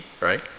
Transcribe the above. right